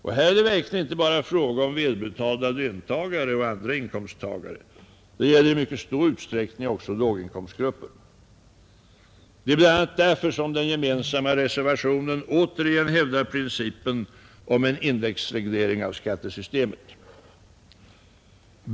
Och här är det verkligen inte bara fråga om välbetalda löntagare och andra inkomsttagare. Det gäller i mycket stor utsträckning också låginkomstgrupper. Det är bl.a. därför som den gemensamma reservationen återigen hävdar principen om en indexreglering av skattesystemet.